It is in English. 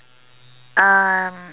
um